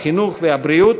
החינוך והבריאות